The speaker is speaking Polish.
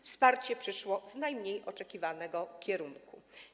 Wsparcie przyszło z najmniej oczekiwanego kierunku.